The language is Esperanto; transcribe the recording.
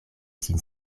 sin